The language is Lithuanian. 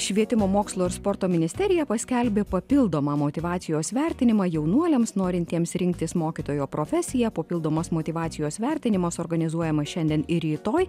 švietimo mokslo ir sporto ministerija paskelbė papildomą motyvacijos vertinimą jaunuoliams norintiems rinktis mokytojo profesiją papildomos motyvacijos vertinimas organizuojamas šiandien ir rytoj